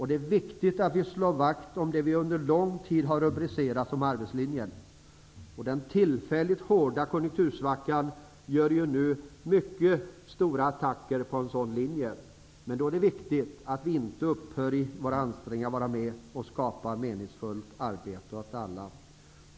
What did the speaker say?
Det är viktigt att vi slår vakt om det vi under lång tid har rubricerat som arbetslinjen. Den tillfälligt djupa konjunktursvackan gör kraftiga attacker på denna arbetslinje. Då är det viktigt att vi inte upphör med våra ansträngningar för att skapa meningsfullt arbete åt alla.